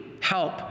help